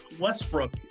Westbrook